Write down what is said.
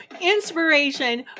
Inspiration